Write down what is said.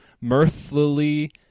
mirthfully